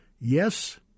yes